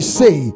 say